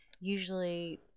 Usually